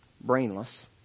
brainless